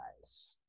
guys